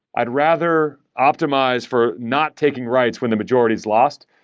i'd rather optimize for not taking writes when the majority is lost,